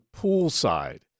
poolside